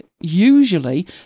usually